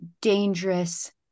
dangerous